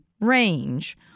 range